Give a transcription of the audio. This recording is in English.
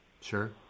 Sure